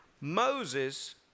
Moses